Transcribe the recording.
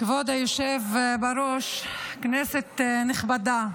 כבוד היושב בראש, כנסת נכבדה,